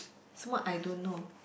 smart I don't know